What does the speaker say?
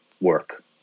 work